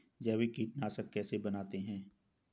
जैविक कीटनाशक कैसे बनाते हैं?